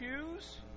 choose